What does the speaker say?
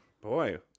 Boy